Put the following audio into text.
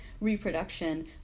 reproduction